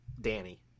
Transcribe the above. Danny